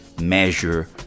measure